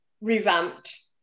revamped